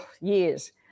years